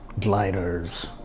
gliders